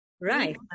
Right